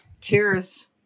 Cheers